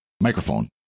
microphone